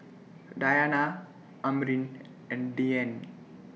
Dayana Amrin and Dian